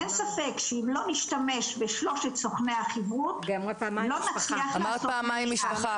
אין ספק שאם לא נשתמש בשלושת סוכני החיברות -- אמרת פעמיים משפחה.